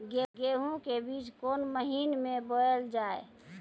गेहूँ के बीच कोन महीन मे बोएल जाए?